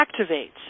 activates